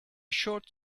short